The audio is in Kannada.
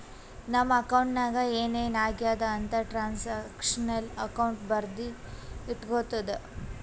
ನಮ್ ಅಕೌಂಟ್ ನಾಗ್ ಏನ್ ಏನ್ ಆಗ್ಯಾದ ಅಂತ್ ಟ್ರಾನ್ಸ್ಅಕ್ಷನಲ್ ಅಕೌಂಟ್ ಬರ್ದಿ ಇಟ್ಗೋತುದ